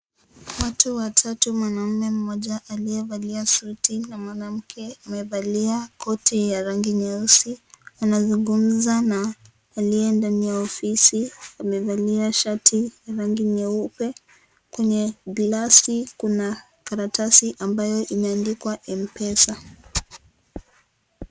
Watu watatu mwanaume mmoja aliyevalia suti na mwanamke amevalia koti ya rangi nyeusi anazungumuza na aliye ndani ya ofisi amevalia shati la rangi nyeupe kwenye glassi kuna karatasi ambayo imeandikwa mpesa.